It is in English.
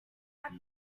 out